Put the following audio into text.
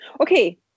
Okay